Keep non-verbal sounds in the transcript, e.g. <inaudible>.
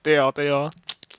对 lor 对 lor <noise>